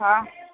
हँ